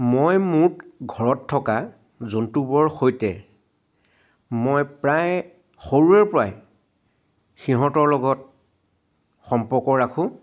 মই মোক ঘৰত থকা জন্তুবোৰৰ সৈতে মই প্ৰায় সৰুৰে পৰাই সিহঁতৰ লগত সম্পৰ্ক ৰাখোঁ